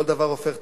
כל דבר הופך תחשיב.